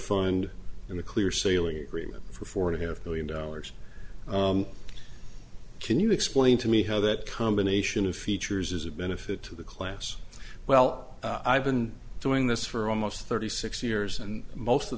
fund and the clear sailing agreement for four to have billion dollars can you explain to me how that combination of features is a benefit to the class well i've been doing this for almost thirty six years and most of